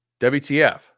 WTF